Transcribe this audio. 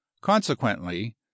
consequently